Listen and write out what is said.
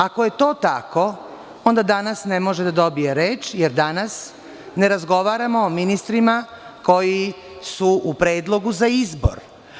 Ako je to tako, onda danas ne može da dobije reč, jer danas ne razgovaramo o ministrima koji su u predlogu za izbore.